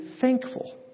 thankful